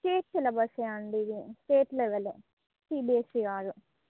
state సిలబస్సే అండి ఇది స్టేట్ లెవెలు సీబీఎస్సీ కాదు